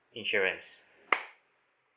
insurance